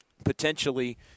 potentially